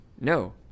No